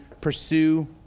pursue